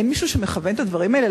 אין מישהו שמכוון את הדברים האלה?